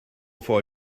for